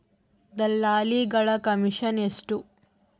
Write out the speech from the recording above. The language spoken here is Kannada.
ದಲ್ಲಾಳಿಗಳ ಕಮಿಷನ್ ಎಷ್ಟು?